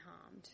harmed